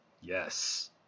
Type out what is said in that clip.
Yes